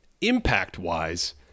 impact-wise